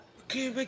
okay